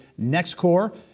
NextCore